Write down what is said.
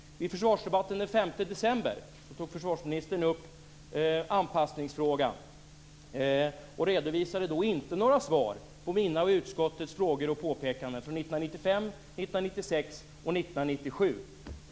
I försvarsdebatten den 5 december tog försvarsministern upp anpassningsfrågan och redovisade då inte några svar på mina och utskottets frågor och påpekanden från 1995, 1996 och 1997.